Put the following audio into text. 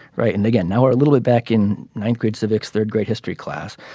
right. and again now we're a little bit back in ninth grade civics third grade history class.